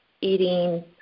eating